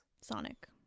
Sonic